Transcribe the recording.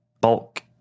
bulk